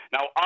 Now